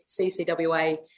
CCWA